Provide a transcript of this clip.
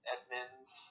Edmonds